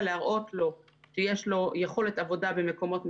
שיש לו יכולת עבודה במקומות מסוימים,